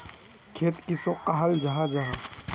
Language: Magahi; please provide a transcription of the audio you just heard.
खेत किसोक कहाल जाहा जाहा?